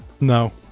No